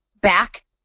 back